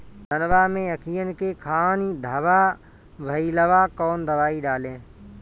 धनवा मै अखियन के खानि धबा भयीलबा कौन दवाई डाले?